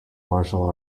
martial